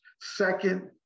second